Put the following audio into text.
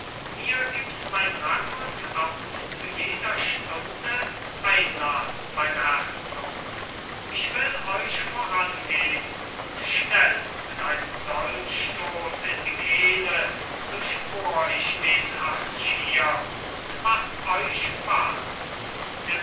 mir gibt mein rang und amt zu jeder stunde einlaß beim herzog ich will euch vorangehn und schnell mit einem dolchstoß in die kehle durchbohr ich den hartschier und mach euch